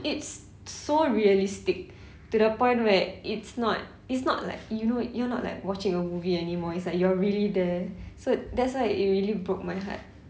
it's so realistic to the point where it's not it's not like you know you're not like watching a movie anymore it's like you're really there so that's why it really broke my heart